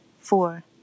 Four